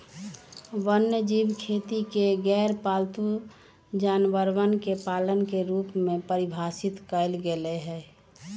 वन्यजीव खेती के गैरपालतू जानवरवन के पालन के रूप में परिभाषित कइल गैले है